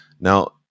Now